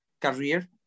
career